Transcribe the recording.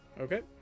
Okay